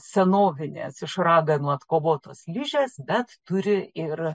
senovinės iš raganų atkovotos ližės bet turi ir